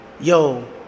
yo